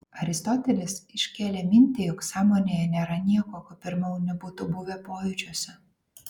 aristotelis iškėlė mintį jog sąmonėje nėra nieko ko pirmiau nebūtų buvę pojūčiuose